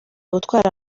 gutwara